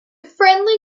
friendly